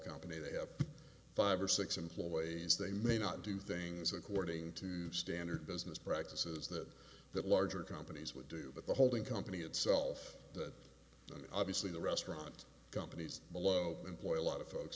company they have five or six employees they may not do things according to standard business practices that that larger companies would do but the holding company itself that obviously the restaurant companies below employ a lot of folks